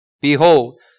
Behold